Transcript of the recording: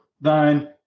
thine